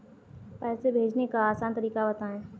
पैसे भेजने का आसान तरीका बताए?